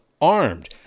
armed